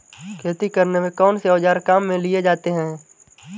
खेती करने में कौनसे औज़ार काम में लिए जाते हैं?